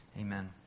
Amen